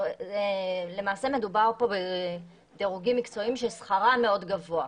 למעשה מדובר פה בדירוגים מקצועיים ששכרם מאוד גבוה.